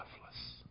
lifeless